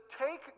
take